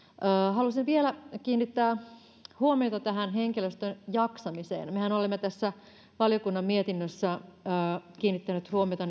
halusin vielä kiinnittää huomiota tähän henkilöstön jaksamiseen mehän olemme tässä valiokunnan mietinnössä kiinnittäneet huomiota